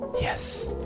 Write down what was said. Yes